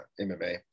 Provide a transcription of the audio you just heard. MMA